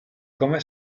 come